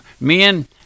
Men